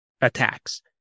attacks